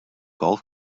golf